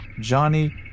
johnny